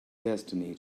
destiny